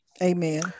Amen